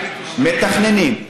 מתכננים.